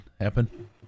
happen